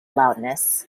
loudness